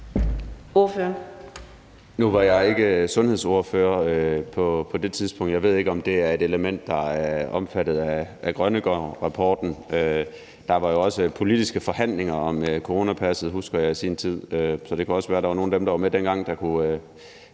Nu var jeg ikke sundhedsordfører på det tidspunkt. Jeg ved ikke, om det er et element, der er omfattet af Grønnegårdrapporten. Der var jo også politiske forhandlinger om coronapasset i sin tid, husker jeg. Så det kunne jo også være, at der var nogle af dem, der var med dengang, der kunne